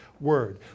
word